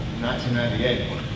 1998